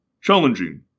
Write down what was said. Challenging